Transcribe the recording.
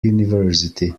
university